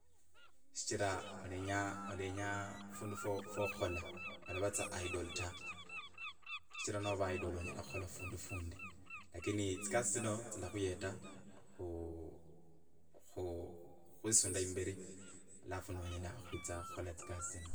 Shichira olenya olenya fundu fwo fwo khukhola olava tsa idle taa shichira nova idle onyela khukhola fundu fundi lakini tsikasi tsino tsilakhuyeta khu khu khu khwisunda imberi alafu nonyela khwitsa khukhola tsikasi tsino.